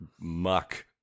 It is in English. muck